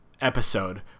episode